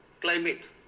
climate